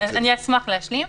אשמח להשלים.